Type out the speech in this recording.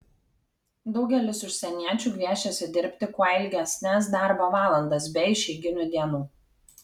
daugelis užsieniečių gviešiasi dirbti kuo ilgesnes darbo valandas be išeiginių dienų